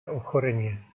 ochorenie